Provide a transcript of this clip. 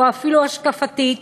או אפילו השקפתית,